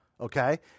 Okay